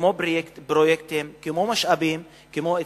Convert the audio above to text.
כמו פרויקטים,